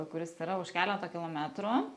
kuris yra už keleto kilometrų